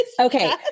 Okay